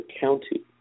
county